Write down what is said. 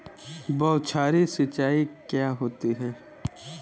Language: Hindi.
बौछारी सिंचाई क्या होती है?